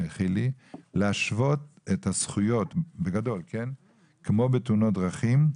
ולהשוות את הזכויות ושיהיה כמו בתאונות דרכים,